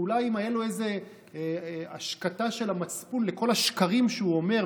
אולי אם הייתה לו איזו השקטה של המצפון לכל השקרים שהוא אומר,